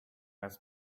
ask